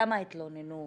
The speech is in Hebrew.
כמה התלוננו,